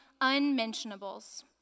Unmentionables